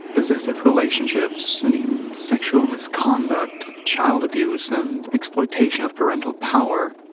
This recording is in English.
possessive relationships and even sexual misconduct, child abuse and exploitation of parental power.